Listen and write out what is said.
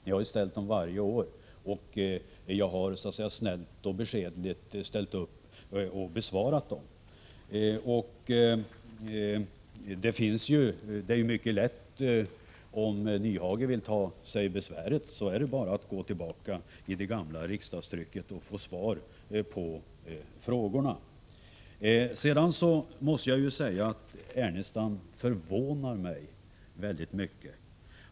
Ni har ställt dem varje år, och jag har snällt och beskedligt ställt upp och besvarat dem. Om Hans Nyhage vill göra sig besväret är det bara att gå tillbaka i det gamla riksdagstrycket och få svar på frågorna. Sedan måste jag säga att Lars Ernestam förvånar mig väldigt mycket.